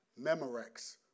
Memorex